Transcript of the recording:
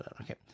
Okay